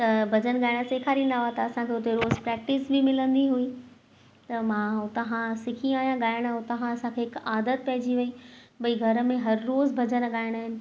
त भॼनु ॻाइणु सेखारींदा हुआ त असांखे हुते रोज़ु प्रेक्टीस बि मिलंदी हुई त मां हुतां हा सिखी आहियां ॻाइणु हुतां खां असांखे हिकु आदत पइजी वई भई घर में हर रोज़ु भॼनु ॻाइणु